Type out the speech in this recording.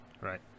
Right